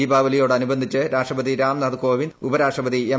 ദീപാവലിയോടനുബന്ധിച്ച് രാഷ്ട്രപ്പ്ക്ടി രാംനാഥ് കോവിന്ദ് ഉപരാഷ്ട്രപതി എം